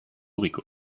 rico